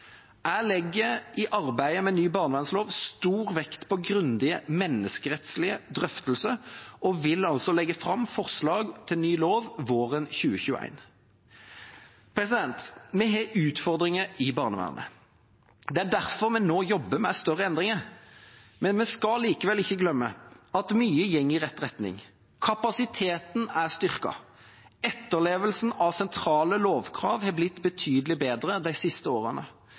Jeg legger i arbeidet med ny barnevernslov stor vekt på grundige menneskerettslige drøftelser og vil altså legge fram forslag til ny lov våren 2021. Vi har utfordringer i barnevernet. Det er derfor vi nå jobber med større endringer. Men vi skal likevel ikke glemme at mye går i rett retning. Kapasiteten er styrket. Etterlevelsen av sentrale lovkrav har blitt betydelig bedre de siste årene.